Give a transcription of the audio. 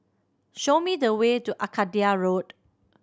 show me the way to Arcadia Road